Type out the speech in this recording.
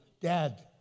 Dad